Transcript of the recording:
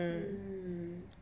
mm